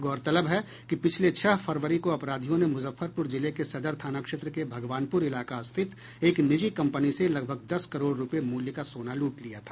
गौरतलब है कि पिछले छह फरवरी को अपराधियों ने मुजफ्फरपुर जिले के सदर थाना क्षेत्र के भगवानपुर इलाका स्थित एक निजी कंपनी से लगभग दस करोड़ रूपये मूल्य का सोना लूट लिया था